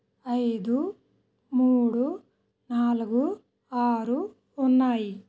ఐదు మూడు నాలుగు ఆరు ఉన్నాయి